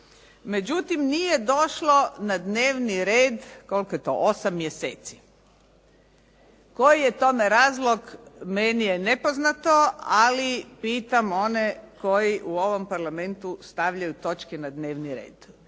međutim nije došlo na dnevni red, koliko je to, 8 mjeseci. Koji je tome razlog, meni je nepoznato, ali pitam one koji u ovom Parlamentu stavljaju točke na dnevni red?